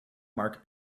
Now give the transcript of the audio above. mark